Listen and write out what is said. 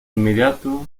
inmediato